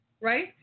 Right